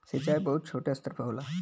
सिंचाई बहुत छोटे स्तर पे होला